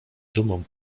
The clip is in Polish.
dumą